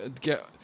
Get